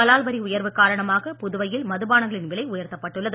கலால் வரி உயர்வு காரணமாக புதுவையில் மதுபானங்களின் விலை உயர்த்தப்பட்டுள்ளது